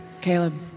Caleb